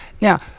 Now